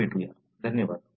आपण पुन्हा भेटूया